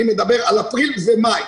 אני מדבר על אפריל ומאי.